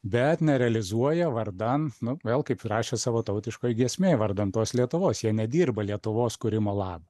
bet nerealizuoja vardan nu vėl kaip ir rašė savo tautiškoj giesmėj vardan tos lietuvos jie nedirba lietuvos kūrimo labui